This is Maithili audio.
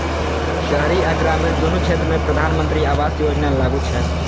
शहरी आ ग्रामीण, दुनू क्षेत्र मे प्रधानमंत्री आवास योजना लागू छै